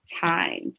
time